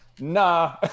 nah